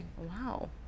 Wow